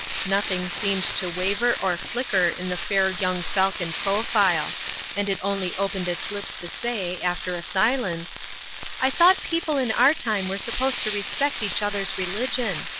nothing seemed to waver or flicker in the fair young falcon profile and it only opened its lips to say, after a silence i thought people in our time were supposed to respect each other's religion.